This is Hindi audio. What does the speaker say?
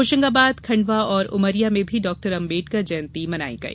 होशंगाबद खंडवा और उमरिया में भी डाक्टर अंबेडकर जयंती मनाई गई